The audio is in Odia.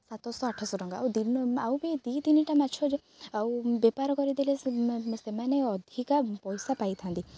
ସାତଶହ ଆଠଶହ ଟଙ୍କା ଆଉ ଦିନ ଆଉ ବି ଦୁଇ ତିନିଟା ମାଛ ଆଉ ବେପାର କରିଦେଲେ ସେ ସେମାନେ ଅଧିକା ପଇସା ପାଇଥାନ୍ତି